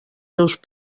seus